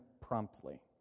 promptly